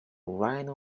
rhino